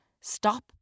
Stop